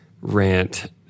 rant